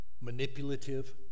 manipulative